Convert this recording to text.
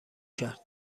کرد